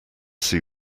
see